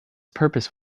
purpose